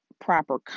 proper